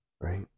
right